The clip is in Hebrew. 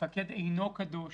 המפקד אינו קדוש,